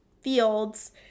fields